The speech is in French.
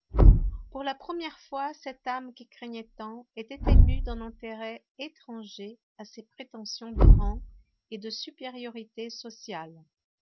pour la première fois cette âme qui craignait tant était émue d'un intérêt étranger à ses prétentions de rang et de supériorité sociale